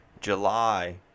July